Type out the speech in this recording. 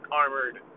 armored